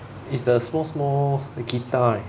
it's the small small guitar right